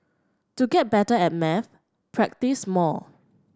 to get better at maths practise more